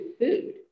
food